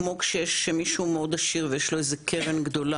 כמו כשיש מישהו מאוד עשיר ויש לו איזה קרן גדולה,